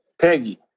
Peggy